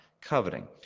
coveting